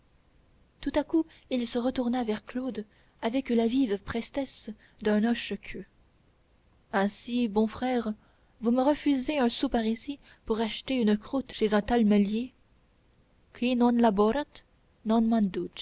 tout à coup il se retourna vers claude avec la vive prestesse d'un hoche queue ainsi bon frère vous me refusez un sou parisis pour acheter une croûte chez un